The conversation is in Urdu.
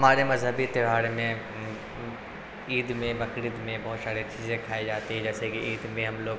ہمارے مذہبی تہوار میں عید میں بقرعید میں بہت ساری چیزیں کھائی جاتی ہیں جیسے کہ عید میں ہم لوگ